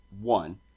one